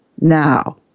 now